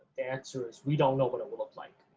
answer is we don't know what it will look like,